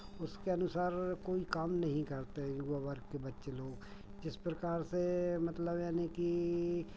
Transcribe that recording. उसके अनुसार कोई काम नहीं करते हैं युवा वर्ग के बच्चे लोग जिस प्रकार से मतलब यानि कि